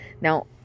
Now